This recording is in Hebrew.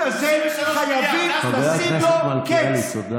אנחנו מדברים על השיח בכנסת.